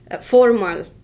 formal